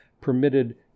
permitted